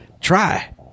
Try